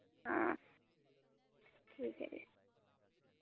हां ठीक ऐ फ्ही